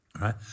right